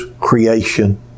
creation